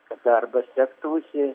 kad darbas sektųsi